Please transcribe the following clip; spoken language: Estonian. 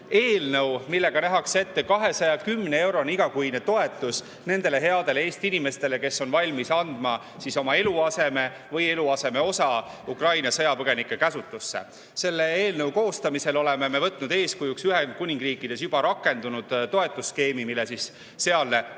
eelnõu, millega nähakse ette 210-eurone igakuine toetus nendele headele Eesti inimestele, kes on valmis andma oma eluaseme või eluaseme osa Ukraina sõjapõgenike käsutusse. Selle eelnõu koostamisel oleme võtnud eeskujuks Ühendkuningriigis juba rakendunud toetusskeemi, mille sealne